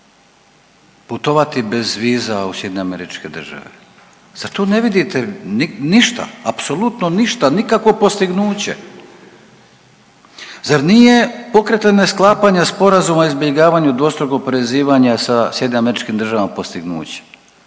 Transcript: putovati bez viza u SAD? Zar tu ne vidite ništa, apsolutno ništa, nikakvo postignuće? Zar nije pokretanje sklapanja sporazuma o izbjegavanju dvostrukog oporezivanja sa SAD-om postignuće?